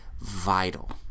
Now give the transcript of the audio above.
vital